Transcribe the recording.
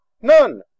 None